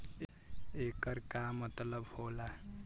येकर का मतलब होला?